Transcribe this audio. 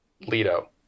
Leto